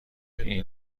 این